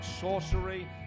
sorcery